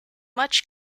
much